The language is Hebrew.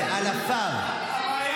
הוא הרב עובדיה יוסף וענפיו.